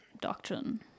doctrine